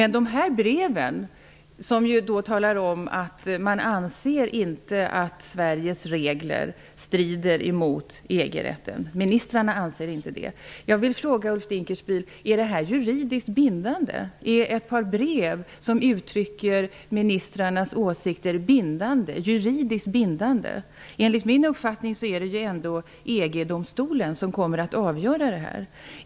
I breven framgår det att ministrarna inte anser att Sveriges regler strider mot EG-rätten. Är detta juridiskt bindande, Ulf Dinkelspiel? Är ett par brev som uttrycker ministrarnas åsikter juridiskt bindande? Enligt min uppfattning är det ändå EG-domstolen som kommer att avgöra dessa frågor.